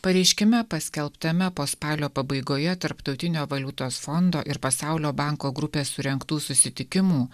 pareiškime paskelbtame po spalio pabaigoje tarptautinio valiutos fondo ir pasaulio banko grupės surengtų susitikimų